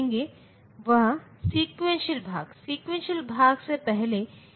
इस तरह यह 1001 हो जाता है